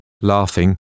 laughing